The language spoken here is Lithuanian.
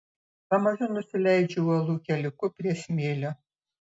pamažu nusileidžiu uolų keliuku prie smėlio